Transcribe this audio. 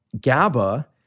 GABA